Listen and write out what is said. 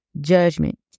judgment